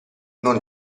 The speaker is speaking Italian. non